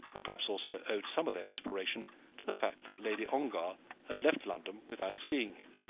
and perhaps also owed some of their inspiration to the fact that lady ongar had left london without seeing him.